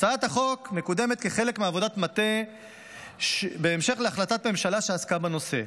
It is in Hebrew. הצעת החוק מקודמת כחלק מעבודת מטה בהמשך להחלטת ממשלה שעסקה בנושא.